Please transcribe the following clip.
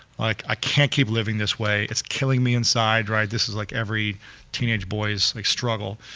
like i can't keep living this way, it's killing me inside, right, this is like every teenage boys like struggle.